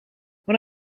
when